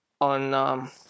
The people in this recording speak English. on